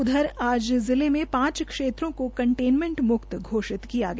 उधर आज जिले में पांच क्षेत्रों को कंटेनमेंट मुक्त घोषित किया गया